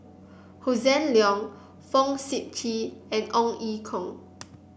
Hossan Leong Fong Sip Chee and Ong Ye Kung